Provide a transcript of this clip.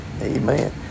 Amen